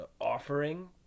offering